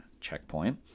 checkpoint